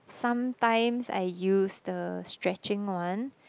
sometimes I use the stretching one